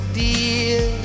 dear